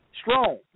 Strong